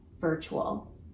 virtual